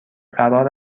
قرار